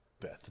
Beth